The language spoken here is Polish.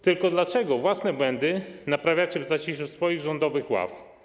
Tylko dlaczego własne błędy naprawiacie w zaciszu swoich rządowych ław?